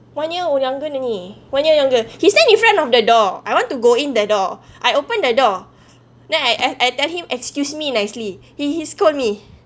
one year or younger than me one year younger he stand in front of the door I want to go in the door I open the door then I I tell him excuse me nicely he he scold me